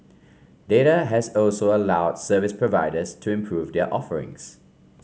data has also allowed service providers to improve their offerings